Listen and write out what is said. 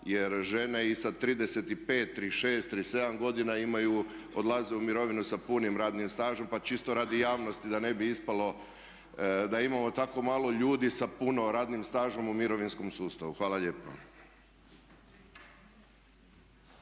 Jer žene i sa 35, 36, 37 godina odlaze u mirovinu sa punim radnim stažom, pa čisto radi javnosti da ne bi ispalo da imamo tako malo ljudi sa punim radnim stažem u mirovinskom sustavu. Hvala lijepa.